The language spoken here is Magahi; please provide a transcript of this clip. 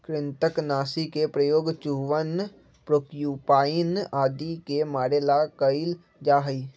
कृन्तकनाशी के प्रयोग चूहवन प्रोक्यूपाइन आदि के मारे ला कइल जा हई